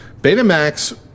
Betamax